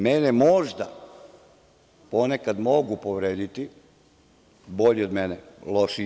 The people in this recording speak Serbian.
Mene, možda, ponekad mogu povrediti bolji od mene, lošiji ne.